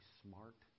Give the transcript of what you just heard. smart